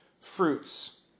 fruits